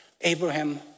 Abraham